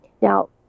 Now